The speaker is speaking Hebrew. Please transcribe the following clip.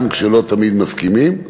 גם כשלא תמיד מסכימים,